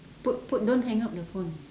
put put don't hang up the phone